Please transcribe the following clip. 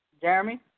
Jeremy